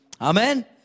Amen